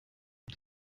das